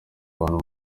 abantu